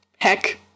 heck